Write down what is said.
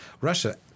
Russia